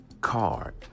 card